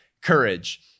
courage